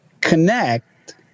connect